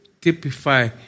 typify